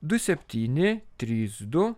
du septyni trys du